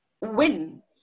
win